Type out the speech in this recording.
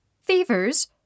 Fevers